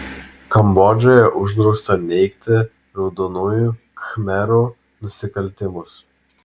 kambodžoje uždrausta neigti raudonųjų khmerų nusikaltimus